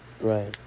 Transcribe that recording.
Right